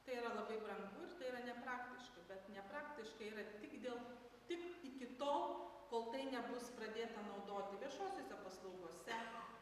tai yra labai brangu ir tai yra nepraktiška bet nepraktiška yra tik dėl tik iki tol kol tai nebus pradėta naudoti viešosiose paslaugose